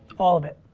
all of it.